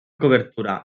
cobertura